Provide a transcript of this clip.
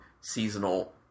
seasonal